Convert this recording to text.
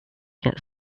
get